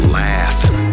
laughing